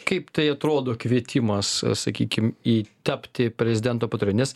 kaip tai atrodo kvietimas sakykim į tapti prezidento patarėju nes